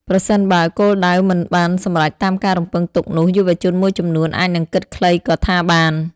ប្រសិនបើ គោលដៅមិនបានសម្រេចតាមការរំពឹងទុកនោះយុវជនមួយចំនួនអាចនឹងគិតខ្លីក៏ថាបាន។